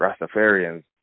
Rastafarians